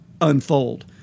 unfold